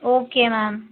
okay ma'am